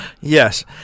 Yes